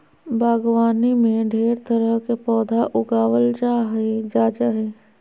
बागवानी में ढेर तरह के पौधा उगावल जा जा हइ